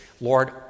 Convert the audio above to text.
Lord